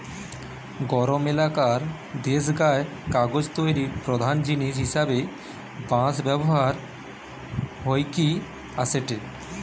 গরম এলাকার দেশগায় কাগজ তৈরির প্রধান জিনিস হিসাবে বাঁশ ব্যবহার হইকি আসেটে